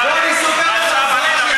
בוא אני אספר לך, כי